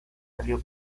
salió